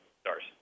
Stars